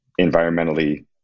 environmentally